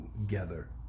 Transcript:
together